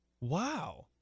Wow